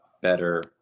better